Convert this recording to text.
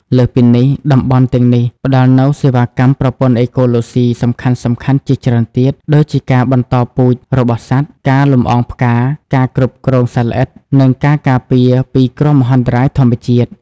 លើសពីនេះ តំបន់ទាំងនេះផ្តល់នូវសេវាកម្មប្រព័ន្ធអេកូឡូស៊ីសំខាន់ៗជាច្រើនទៀត ដូចជាការបន្តពូជរបស់សត្វ ការលំអងផ្កា ការគ្រប់គ្រងសត្វល្អិត និងការការពារពីគ្រោះមហន្តរាយធម្មជាតិ។